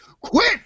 quit